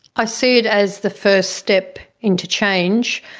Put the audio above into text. i see it as the first step into change,